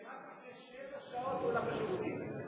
שרק אחרי שבע שעות הוא הלך לשירותים,